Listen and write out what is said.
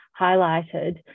highlighted